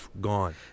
gone